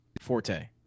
forte